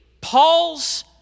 Paul's